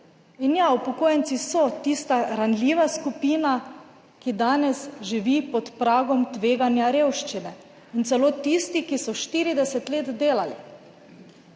dobili. Upokojenci so tista ranljiva skupina, ki danes živi pod pragom tveganja revščine. Celo tisti, ki so 40 let delali,